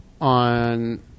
on